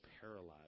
paralyzed